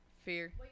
Fear